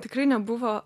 tikrai nebuvo